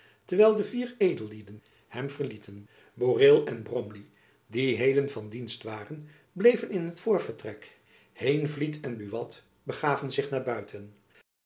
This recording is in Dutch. terwijl de vier edellieden hem verlieten boreel en bromley die heden van dienst waren bleven in het voorvertrek heenvliet en buat begaven zich naar buiten